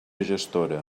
gestora